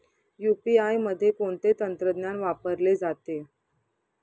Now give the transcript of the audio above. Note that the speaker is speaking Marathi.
यू.पी.आय मध्ये कोणते तंत्रज्ञान वापरले जाते?